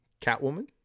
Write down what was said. Catwoman